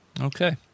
Okay